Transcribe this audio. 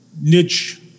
Niche